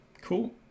cool